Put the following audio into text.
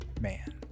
man